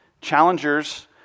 Challengers